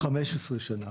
15 שנה.